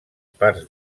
parts